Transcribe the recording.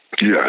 Yes